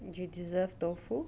you deserve tofu